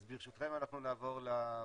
אז ברשותכם אנחנו נעבור למצגת.